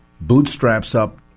bootstraps-up